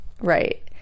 Right